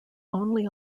only